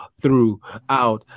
throughout